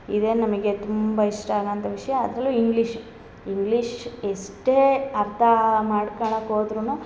ಇದೇ ನಮಗೆ ತುಂಬ ಇಷ್ಟ ಆಗೊವಂಥ ವಿಷಯ ಅದರಲ್ಲೂ ಇಂಗ್ಲಿಷ್ ಇಂಗ್ಲೀಷ್ ಎಷ್ಟೇ ಅರ್ಥ ಮಾಡ್ಕೊಳಕ್ ಹೋದ್ರುನು